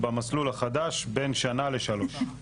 במסלול החדש בין שנה לשלוש.